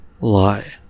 lie